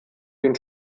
den